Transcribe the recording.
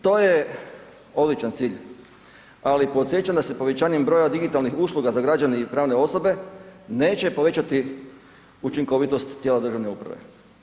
To je odličan cilj ali podsjećam da se povećanjem broja digitalnih usluga za građane i pravne osobe, neće povećati učinkovitost tijela državne uprave.